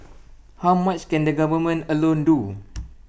how much can the government alone do